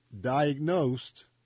diagnosed